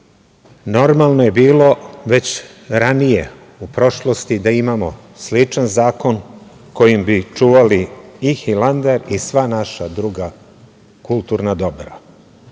zakon. Normalno je bilo već ranije u prošlosti da imamo sličan zakon kojim bi čuvali i Hilandar i sva naša druga kulturna dobra,